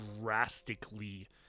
drastically